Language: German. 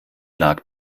lag